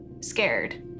scared